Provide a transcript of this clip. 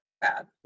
bad